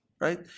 Right